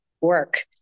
work